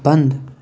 بنٛد